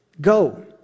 Go